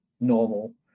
normal